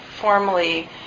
formally